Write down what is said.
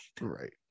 Right